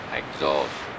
exhaust